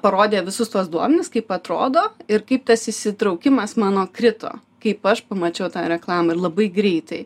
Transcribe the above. parodė visus tuos duomenis kaip atrodo ir kaip tas įsitraukimas mano krito kaip aš pamačiau tą reklamą ir labai greitai